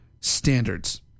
standards